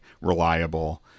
reliable